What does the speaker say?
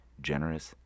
generous